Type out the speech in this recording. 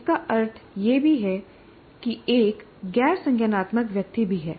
इसका अर्थ यह भी है कि एक गैर संज्ञानात्मक व्यक्ति भी है